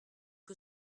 que